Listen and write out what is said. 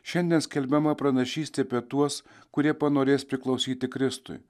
šiandien skelbiama pranašystė apie tuos kurie panorės priklausyti kristui